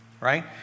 right